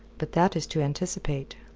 but that is to anticipate.